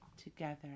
together